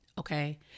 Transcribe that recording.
Okay